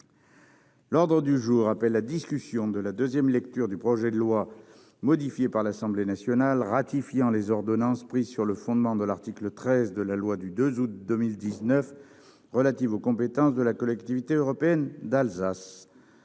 L'ordre du jour appelle la discussion en deuxième lecture du projet de loi, modifié par l'Assemblée nationale, ratifiant les ordonnances prises sur le fondement de l'article 13 de la loi n° 2019-816 du 2 août 2019 relative aux compétences de la Collectivité européenne d'Alsace